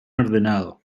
ordenado